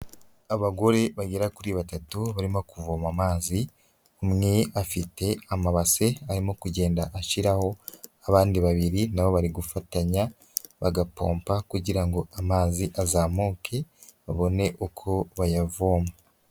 Abagore bagera kuri batatu barimo kuvoma amazi, umwe afite amabase arimo kugenda ashiraho, abandi babiri na bo bari gufatanya bagapompa kugira ngo amazi azamuke, babone uko bayavoma.